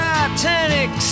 Titanic